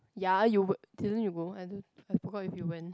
ya you would didn't you go I don't I forgot if you went